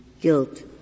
guilt